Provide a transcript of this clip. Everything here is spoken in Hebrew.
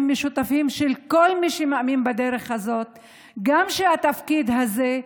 משותפים של כל מי שמאמין בדרך הזאת שגם התפקיד הזה,